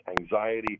anxiety